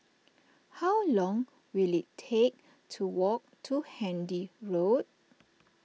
how long will it take to walk to Handy Road